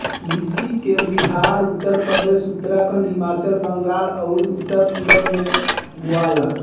लीची के बिहार, उत्तरप्रदेश, उत्तराखंड, हिमाचल, बंगाल आउर उत्तर पूरब में बोआला